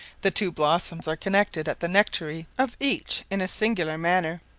the two blossoms are connected at the nectary of each in a singular manner.